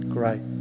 Great